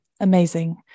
amazing